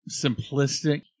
simplistic